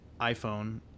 iPhone